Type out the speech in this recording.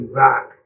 back